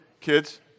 kids